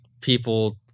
people